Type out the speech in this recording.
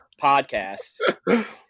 podcast